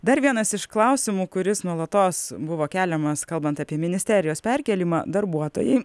dar vienas iš klausimų kuris nuolatos buvo keliamas kalbant apie ministerijos perkėlimą darbuotojai